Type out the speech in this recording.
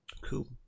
cool